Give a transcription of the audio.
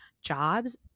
jobs